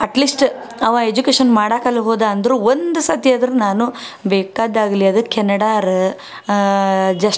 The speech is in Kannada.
ಅಟ್ಲೀಸ್ಟ್ ಅವ ಎಜುಕೇಶನ್ ಮಾಡೋಕ್ ಅಲ್ಲಿ ಹೋದ ಅಂದರೂ ಒಂದು ಸತಿ ಆದರೂ ನಾನು ಬೇಕಾದ್ದು ಆಗಲಿ ಅದು ಕೆನಡಾರೆ ಜಸ್ಟ್